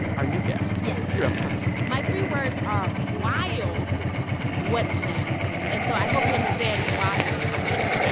our new guest. yes you're up first my three words are, wild what's next? and so i hope you understand wild because i say yeah